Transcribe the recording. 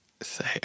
say